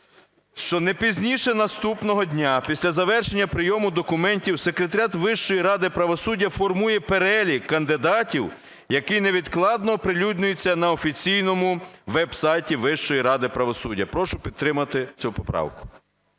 що не пізніше наступного дня після завершення прийому документів секретаріат Вищої ради правосуддя формує перелік кандидатів, який невідкладно оприлюднюється на офіційному веб-сайті Вищої ради правосуддя. Прошу підтримати цю поправку.